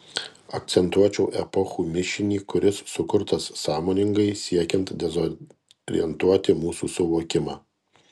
akcentuočiau epochų mišinį kuris sukurtas sąmoningai siekiant dezorientuoti mūsų suvokimą